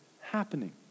happening